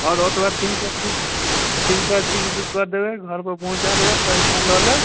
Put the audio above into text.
आओर ओतबे तीन टा चीज तीन टा चीज बुक कऽ देबय घरपर पहुँचा देबय पैसा लए लेब